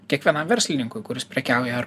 kiekvienam verslininkui kuris prekiauja ar